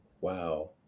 Wow